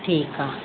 ठीकु आहे